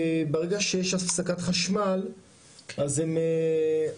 ברגע שיש הפסקת חשמל אז הם,